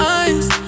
eyes